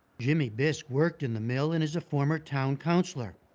jimmy busque worked in the mill and is a former town councillor.